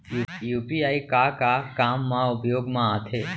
UPI का का काम मा उपयोग मा आथे?